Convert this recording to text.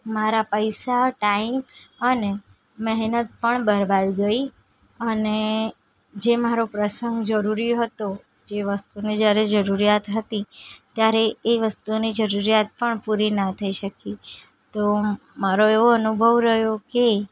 મારા પૈસા ટાઈમ અને મહેનત પણ બરબાદ ગઈ અને જે મારો પ્રસંગ જરૂરી હતો જે વસ્તુની જ્યારે જરૂરિયાત હતી ત્યારે એ વસ્તુની જરૂરિયાત પણ પૂરી ન થઈ શકી તો મારો એવો અનુભવ રહ્યો કે